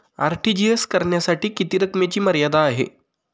RTGS करण्यासाठी किती रकमेची मर्यादा आहे?